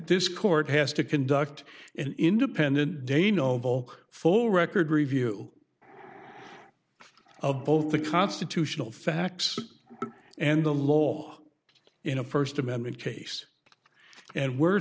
this court has to conduct an independent day noble full record review of both the constitutional facts and the law in a st amendment case and we're